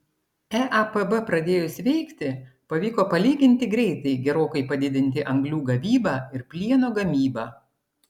eapb pradėjus veikti pavyko palyginti greitai gerokai padidinti anglių gavybą ir plieno gamybą